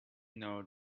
know